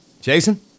Jason